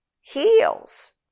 heals